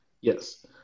Yes